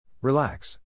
Relax